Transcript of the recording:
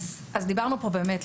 אז דיברנו פה באמת,